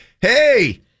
hey